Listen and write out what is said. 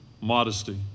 modesty